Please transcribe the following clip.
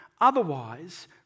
Otherwise